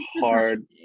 hard